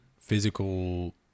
physical